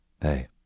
Hey